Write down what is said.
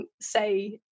say